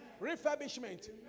refurbishment